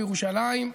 או בירושלים,